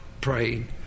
praying